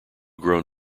grown